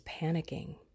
panicking